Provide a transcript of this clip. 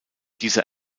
dieser